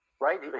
right